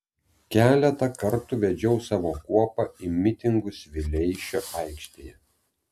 keletą kartų vedžiau savo kuopą į mitingus vileišio aikštėje